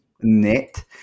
net